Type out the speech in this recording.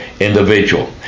individual